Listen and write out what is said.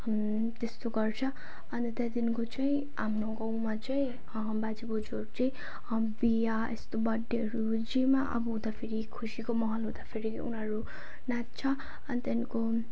त्यस्तो गर्छ अन्त त्यहाँदेखिको चाहिँ हाम्रो गाउँमा चाहिँ बाजेबोजुहरू चाहिँ बिहा यस्तो बर्थडेहरू जेमा अब हुँदाखेरि खुसीको माहोल हुँदाखेरि उनीहरू नाच्छ अन्त त्यहाँदेखिको